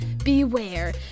Beware